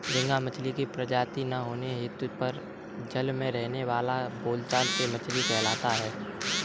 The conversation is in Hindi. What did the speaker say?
झींगा मछली की प्रजाति न होते हुए भी जल में रहने के कारण बोलचाल में मछली कहलाता है